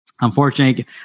Unfortunately